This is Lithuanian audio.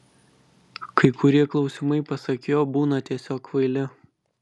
kai kurie klausimai pasak jo būna tiesiog kvaili